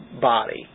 body